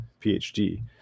PhD